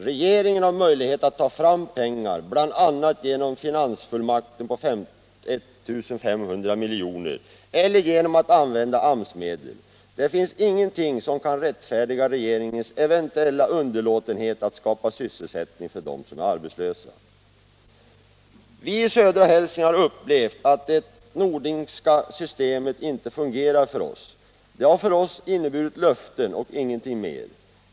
Regeringen har möjlighet att ta fram pengar, bl.a. genom finansfullmakten på 1 500 milj.kr. eller genom att använda AMS-medel. Det finns ingenting som kan rättfärdiga regeringens eventuella underlåtenhet att skapa sysselsättning för dem som är arbetslösa. Vi i södra Hälsingland har upplevt att det Norlingska systemet inte fungerar för oss. Det har för oss inneburit löften och ingenting mer.